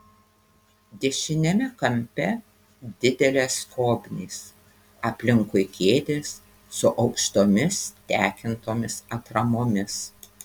dešiniame kampe didelės skobnys aplinkui kėdės su aukštomis tekintomis atramomis